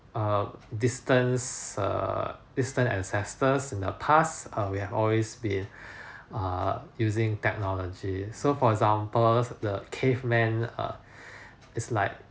err distance err distance ancestors in the past uh we have always been uh using technology so for example the caveman uh is like